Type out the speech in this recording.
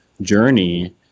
journey